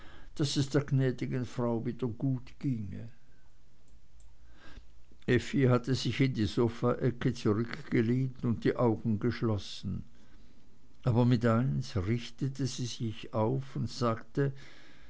daß es der gnädigen frau wieder gutgehe effi hatte sich in die sofaecke zurückgelehnt und die augen geschlossen aber mit eins richtete sie sich auf und sagte